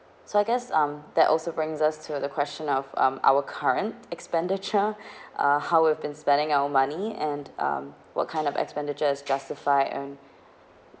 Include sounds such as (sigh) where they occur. so I guess um that also brings us to the question of um our current expenditure (laughs) uh how we've been spending our money and um what kind of expenditures justify and